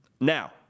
Now